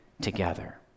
together